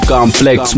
Complex